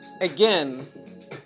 again